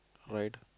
right